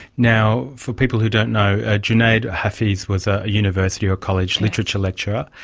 now, for people who don't know, ah junaid hafeez was a university or college literature lecturer,